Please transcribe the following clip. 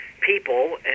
people